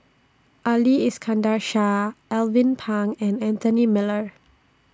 Ali Iskandar Shah Alvin Pang and Anthony Miller